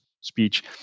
speech